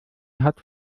hat